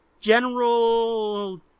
General